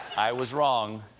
i was wrong